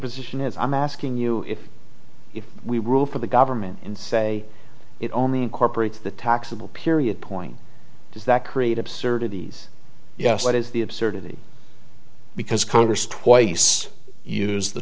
position is i'm asking you if we rule for the government in say it only incorporates the taxable period point does that create absurdities yes that is the absurdity because congress twice use the